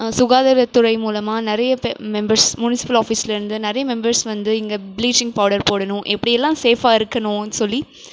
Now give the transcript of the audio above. சுகாதாரத்துறை மூலமாக நிறையப்பேர் மெம்பர்ஸ் முனிசிபல் ஆஃபிஸ்லந்து நிறைய மெம்பர்ஸ் வந்து இங்கே ப்ளீச்சிங் பவுடர் போடணும் எப்படியெல்லாம் சேஃப்பாக இருக்கணும்ன்னு சொல்லி